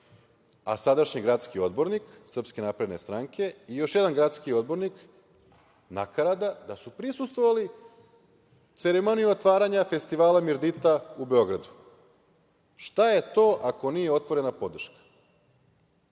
a sadašnji gradski odbornik SNS i još jedan gradski odbornik, nakarada, da su prisustvovali ceremoniji otvaranja festivala „Mirdita“ u Beogradu. Šta je to, ako nije otvorena